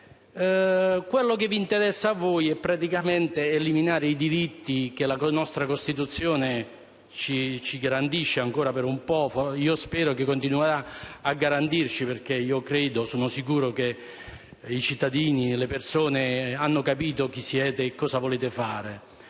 Quello che interessa a voi è eliminare i diritti che la nostra Costituzione ci garantisce, ancora per un po', e che spero continuerà a garantirci, perché sono sicuro che i cittadini e le persone hanno capito chi siete e cosa volete fare.